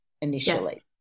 initially